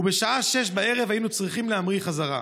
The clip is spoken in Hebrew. ובשעה 18:00 בערב היינו צריכים להמריא חזרה.